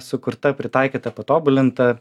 sukurta pritaikyta patobulinta